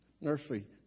nursery